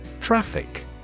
Traffic